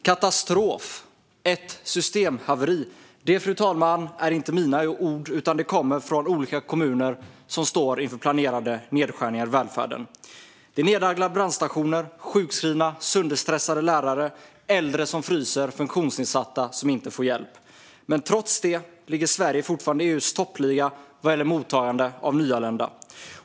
Katastrof, ett systemhaveri - detta, fru talman, är inte mina ord utan kommer från olika kommuner som står inför planerade nedskärningar i välfärden. Det handlar om nedlagda brandstationer, sjukskrivna, sönderstressade lärare, äldre som fryser och funktionsnedsatta som inte får hjälp. Trots detta ligger Sverige fortfarande i EU:s toppliga vad gäller mottagande av nyanlända.